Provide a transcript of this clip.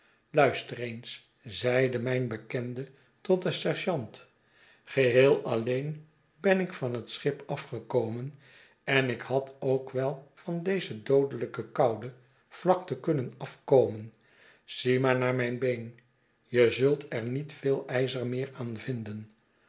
luister eens zeide mijn bekende tot den sergeant geheel alleen ben ik van het schip afgekomen en ik had ook wel van deze doodelijke koude vlakte kunnen af komen zie maar naar mijn been je zult er niet veel ijzer meer aan vinden